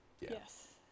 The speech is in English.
Yes